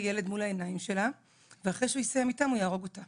ילד מול העיניים שלה ואחרי שהוא יסיים איתם הוא יהרוג אותה